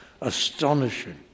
astonishing